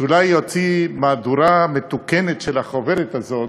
שאולי יוציא מהדורה מתוקנת של החוברת הזאת,